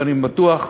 ואני בטוח,